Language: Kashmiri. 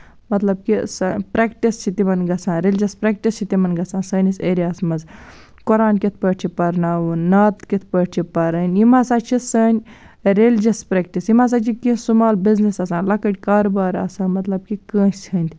مطلب کہِ سۄ پرٛیٚکٹِس چھِ تِمن گژھان ریلِجَس پرٛیٚکٹِس چھےٚ تِمن گژھان سٲنِس ایریاہَس منٛز قرآن کِتھٕ پٲٹھۍ چھُ پَرناوُن نعت کِتھٕ پٲٹھۍ چھِ پَرٕنۍ یِم ہسا چھِ سٲنۍ ریلِجَس پریٚکٹِس یِم ہسا چھِ کیٚنٛہہ سومال بِزنِسس آسان لۅکٕٹۍ کاروبار آسان مطلب کہِ کٲنٛسہِ ہِنٛدۍ